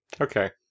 Okay